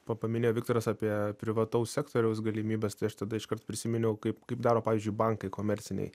pa paminė viktoras apie privataus sektoriaus galimybes tai aš tada iškart prisiminiau kaip kaip daro pavyzdžiui bankai komerciniai